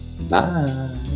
Bye